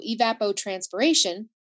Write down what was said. evapotranspiration